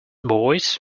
boys